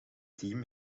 team